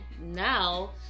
now